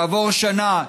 כעבור שנה,